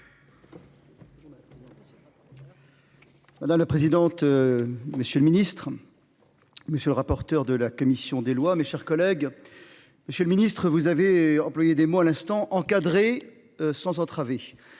Dans la présidente. Monsieur le ministre. Monsieur le rapporteur de la commission des lois, mes chers collègues. Monsieur le Ministre, vous avez employé des mots à l'instant encadré sans entraver.